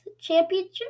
championship